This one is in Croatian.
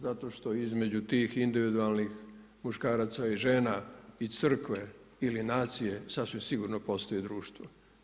Zato što između tih individualnih muškaraca i žena i crkve ili nacije, sasvim sigurno postoji društvo.